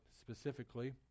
specifically